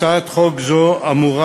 הצעת חוק זו אמורה